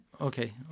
Okay